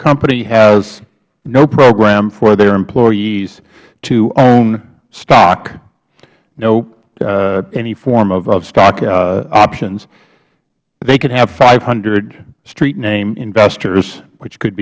company has no program for their employees to own stock no any form of stock options they could have five hundred street name investors which could